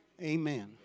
Amen